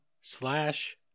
slash